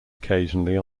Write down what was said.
occasionally